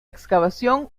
excavación